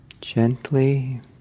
gently